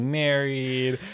married